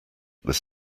this